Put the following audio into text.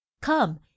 Come